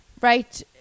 Right